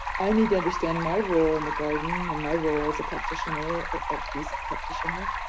i need to understand my role in the garden and my role as a practitioner of peace practitioner.